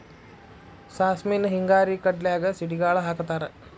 ಸಾಸ್ಮಿನ ಹಿಂಗಾರಿ ಕಡ್ಲ್ಯಾಗ ಸಿಡಿಗಾಳ ಹಾಕತಾರ